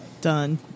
Done